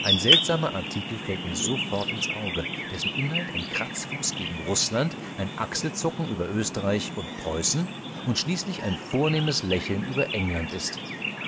ein seltsamer artikel fällt mir sofort ins auge dessen inhalt ein kratzfuß gegen rußland ein achselzucken über österreich und preußen und schließlich ein vornehmes lächeln über england ist